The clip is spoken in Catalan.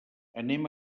anem